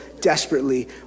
desperately